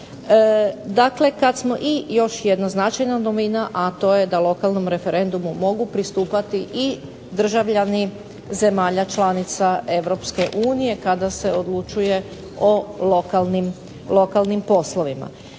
Dakle, kad smo i još jedna značajna novina, a to je da lokalnom referendumu mogu pristupati i državljani zemalja članica Europske unije kada se odlučuje o lokalnim poslovima.